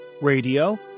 radio